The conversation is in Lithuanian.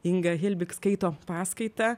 inga hilbig skaito paskaitą